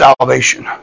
salvation